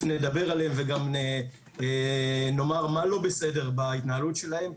נדבר עליהם וגם נאמר מה לא בסדר בהתנהלות שלהן,